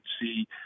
see